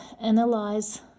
analyze